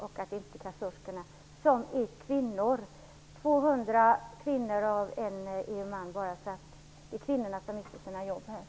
Det är annars en stor grupp kvinnor som mister sina jobb - av postkassörskorna är 200 kvinnor och en är man.